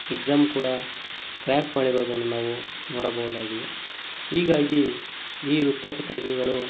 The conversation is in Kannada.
ಎಕ್ಸಾಮ್ ಕೂಡ ಕ್ರ್ಯಾಕ್ ಮಾಡಿರೋದನ್ನು ನಾವು ನೋಡಬೋದಾಗಿದೆ ಹೀಗಾಗಿ ಈ ವೃತ್ತ ಪತ್ರಿಕೆಗಳು